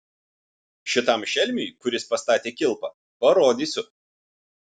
šitam šelmiui kuris pastatė kilpą parodysiu